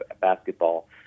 basketball